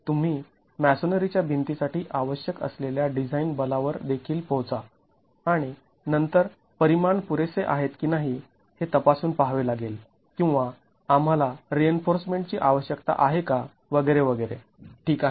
तुम्ही मॅसोनरी च्या भिंती साठी आवश्यक असलेल्या डिझाईन बला वर देखील पोहोचा आणि नंतर परिमाण पुरेसे आहेत की नाही हे तपासून पाहावे लागेल किंवा आम्हाला रिइन्फोर्समेंट ची आवश्यकता आहे का वगैरे वगैरे ठीक आहे